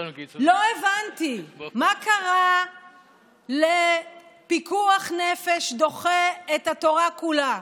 לא הבנתי, מה קרה לפיקוח נפש דוחה את התורה כולה?